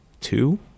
two